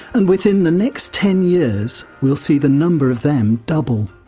and within the next ten years we'll see the number of them double.